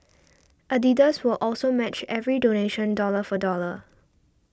Adidas will also match every donation dollar for dollar